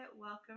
welcome